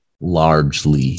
largely